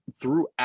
throughout